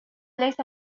ليس